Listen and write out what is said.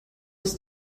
was